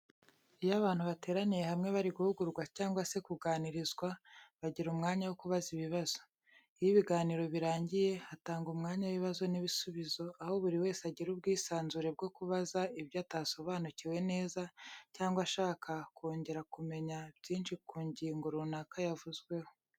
Iyo abantu bateraniye hamwe bari guhugurwa cyangwa se kuganirizwa, bagira umwanya wo kubaza ibibazo. Iyo ibiganiro birangiye, hatangwa umwanya w'ibibazo n'ibisubizo, aho buri wese agira ubwisanzure bwo kubaza ibyo atasobanukiwe neza, cyangwa ashaka kongera kumenya byinshi ku ngingo runaka yavuzweho.